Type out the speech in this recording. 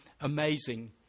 amazing